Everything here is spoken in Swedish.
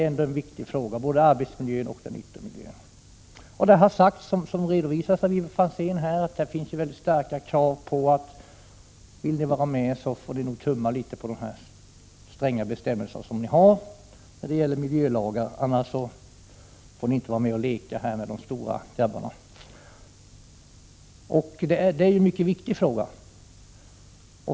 Vill vi vara med i EG, får vi — vilket också Ivar Franzén redovisade — tumma på våra stränga miljölagar. Annars får vi inte vara med och leka bland de stora grabbarna. Detta är en viktig sak.